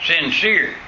sincere